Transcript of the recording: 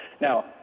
Now